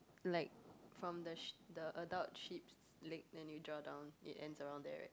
like from the sh~ the adult sheep's leg then you draw down it ends around there right